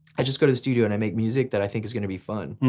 i just go to the studio and i make music that i think is going to be fun.